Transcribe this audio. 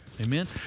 amen